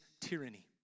tyranny